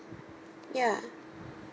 ya